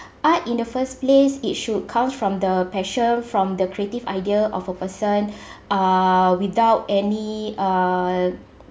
art in the first place it should come from the passion from the creative idea of a person uh without any uh